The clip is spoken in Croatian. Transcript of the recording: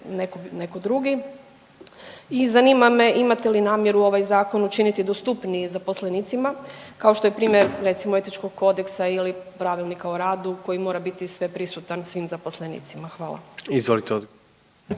neko drugi? I zanima me imate li namjeru ovaj zakon učiniti dostupniji zaposlenicima kao što primjer recimo etičkog kodeksa ili Pravilnika o radu koji mora biti sveprisutan svim zaposlenicima? Hvala.